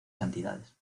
cantidades